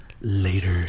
later